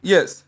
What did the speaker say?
Yes